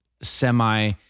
semi